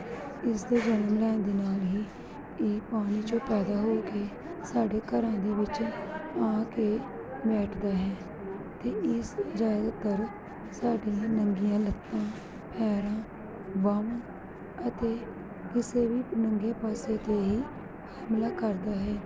ਇਸਦੇ ਜਨਮ ਲੈਣ ਦੇ ਨਾਲ ਹੀ ਇਹ ਪਾਣੀ 'ਚੋਂ ਪੈਦਾ ਹੋ ਕੇ ਸਾਡੇ ਘਰਾਂ ਦੇ ਵਿੱਚ ਆ ਕੇ ਬੈਠਦਾ ਹੈ ਅਤੇ ਇਸ ਜ਼ਿਆਦਾਤਰ ਸਾਡੀਆਂ ਨੰਗੀਆਂ ਲੱਤਾਂ ਪੈਰਾਂ ਬਾਹਵਾਂ ਅਤੇ ਕਿਸੇ ਵੀ ਨੰਗੇ ਪਾਸੇ 'ਤੇ ਹੀ ਹਮਲਾ ਕਰਦਾ ਹੈ